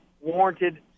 warranted